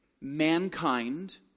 mankind